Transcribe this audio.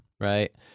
right